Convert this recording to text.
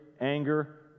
anger